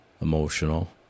emotional